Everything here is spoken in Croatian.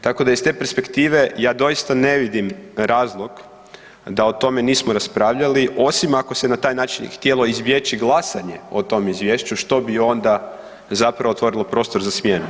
Tako da iz te perspektive, ja doista ne vidim razlog da o tome nismo raspravljali osim ako se na taj način htjelo izbjeći glasanje o tom izvješću, što bi onda zapravo otvorilo prostor za smjenu.